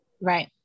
Right